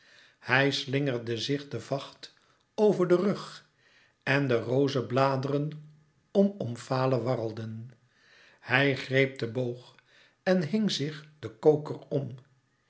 hij slingerde zich den vacht over den rug en de rozebladeren om omfale warrelden hij greep den boog en hing zich den koker om